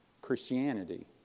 Christianity